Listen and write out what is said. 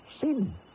sin